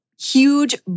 huge